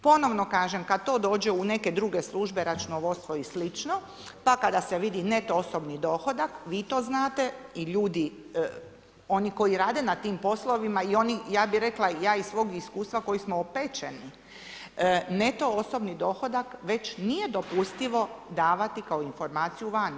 Ponovno kažem, kad to dođe u neke druge službe, računovodstvo i slično, pa kada se vidi neto osobni dohodak, vi to znate i ljudi oni koji rade na tim poslovima i oni, ja bih rekla, ja iz svoj iskustva koji smo opečeni, neto osobni dohodak već nije dopustivo davati kao informaciju vani.